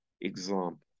example